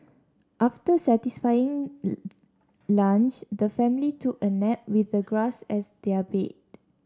after their satisfying lunch the family took a nap with the grass as their bed